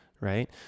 right